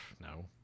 no